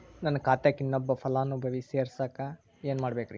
ನನ್ನ ಖಾತೆಕ್ ಇನ್ನೊಬ್ಬ ಫಲಾನುಭವಿ ಹೆಸರು ಕುಂಡರಸಾಕ ಏನ್ ಮಾಡ್ಬೇಕ್ರಿ?